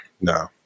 no